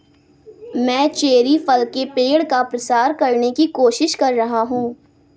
मैं चेरी फल के पेड़ का प्रसार करने की कोशिश कर रहा हूं